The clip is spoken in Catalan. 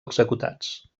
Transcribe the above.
executats